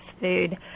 food